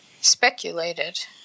speculated